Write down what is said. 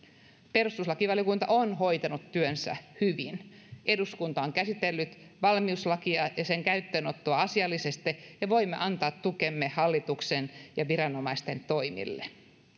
perustuslakivaliokunta on hoitanut työnsä hyvin eduskunta on käsitellyt valmiuslakia ja sen käyttöönottoa asiallisesti ja voimme antaa tukemme hallituksen ja viranomaisten toimille